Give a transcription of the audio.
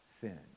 sin